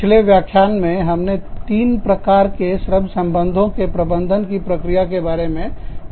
पिछले व्याख्यान में हमने हमने तीन प्रकार के श्रम संबंधों के प्रबंधन की प्रक्रिया के बारे में बात की थी